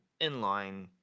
inline